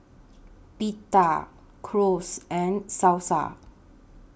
Pita Gyros and Salsa